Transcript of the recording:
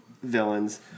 Villains